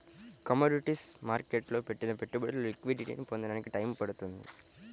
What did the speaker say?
commodities మార్కెట్టులో పెట్టిన పెట్టుబడులు లిక్విడిటీని పొందడానికి టైయ్యం పడుతుంది